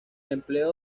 empleo